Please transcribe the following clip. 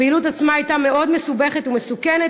הפעילות עצמה הייתה מאוד מסובכת ומסוכנת,